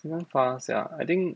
super far sia I think